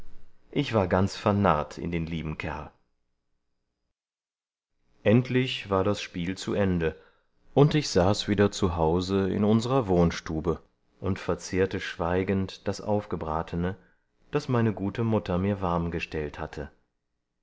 ich war ganz vernarrt in den lieben kerl endlich war das spiel zu ende und ich saß wieder zu hause in unserer wohnstube und verzehrte schweigend das aufgebratene das meine gute mutter mir warm gestellt hatte